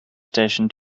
station